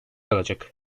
kalacak